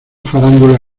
farándula